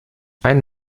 einen